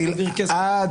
אני אחת החוליות